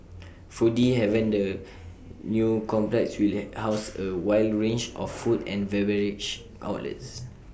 foodie haven the new complex will house A wide range of food and beverage outlets